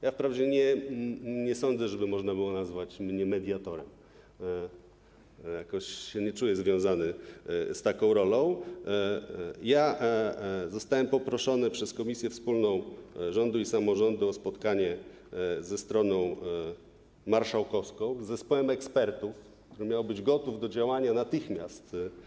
Ja wprawdzie nie sądzę, żeby można było nazwać mnie mediatorem, jakoś się nie czuję związany z taką rolą, ale zostałem poproszony przez Komisję Wspólną Rządu i Samorządu Terytorialnego o spotkanie ze stroną marszałkowską, z zespołem ekspertów, który miał być gotów do działania natychmiast.